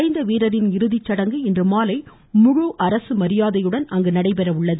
மறைந்த வீராின் இறுதிச்சடங்கு இன்றுமாலை முழு அரசு மரியாதையுடன் அங்கு நடைபெற உள்ளது